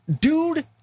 Dude